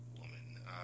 woman